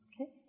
Okay